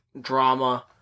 drama